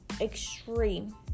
extreme